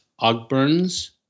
Ogburn's